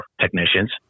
technicians